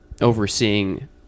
overseeing